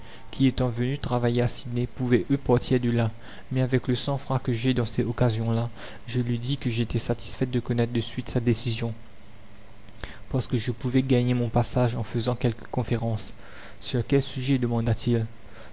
qui étant venus travailler à sydney pouvaient eux partir de là mais avec le sang-froid que j'ai dans ces occasions là je lui dis que j'étais satisfaite de connaître de suite sa décision parce que je pouvais gagner mon passage en faisant quelques conférences sur quel sujet demanda-t-il